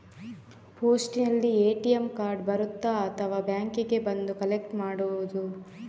ಪೋಸ್ಟಿನಲ್ಲಿ ATM card ಬರುತ್ತಾ ಅಥವಾ ಬ್ಯಾಂಕಿಗೆ ಬಂದು ಕಲೆಕ್ಟ್ ಮಾಡುವುದು?